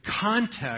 context